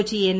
Kochi N